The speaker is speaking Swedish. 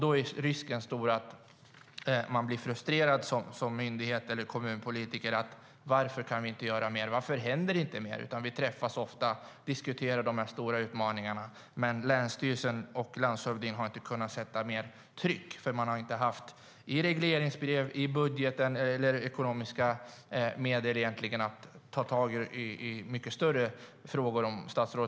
Då är risken stor att myndigheter eller kommunpolitiker blir frustrerade över att man inte kan göra mer och att det inte händer mer, trots att man träffas ofta och diskuterar de stora utmaningarna. Men länsstyrelsen och landshövdingen har inte kunnat sätta mer tryck eftersom de i regleringsbrev och i budgeten inte har haft ekonomiska medel för att ta tag i mycket större frågor.